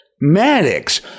Maddox